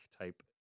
type